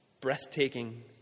breathtaking